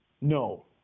No